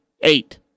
Eight